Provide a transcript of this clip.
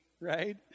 right